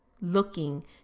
looking